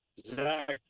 Zach